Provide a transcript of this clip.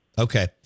Okay